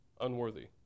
Unworthy